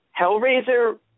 Hellraiser